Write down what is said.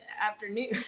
afternoon